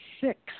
six